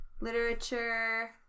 literature